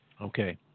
Okay